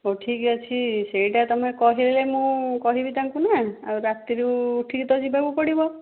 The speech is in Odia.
ହଉ ଠିକ୍ ଅଛି ସେଇଟା ତୁମେ କହିଲେ ମୁଁ କହିବି ତାଙ୍କୁ ନା ଆଉ ରାତିରୁ ଉଠିକି ତ ଯିବାକୁ ପଡ଼ିବ